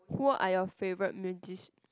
who are your favourite mujic~